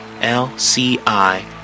l-c-i